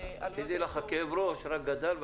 כאב הראש רק גדל,